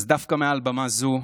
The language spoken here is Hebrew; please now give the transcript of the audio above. אז דווקא מעל במה זו,